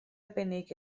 arbennig